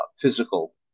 physical